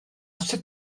sut